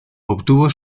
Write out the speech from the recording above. obtuvo